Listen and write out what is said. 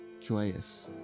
joyous